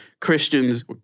Christians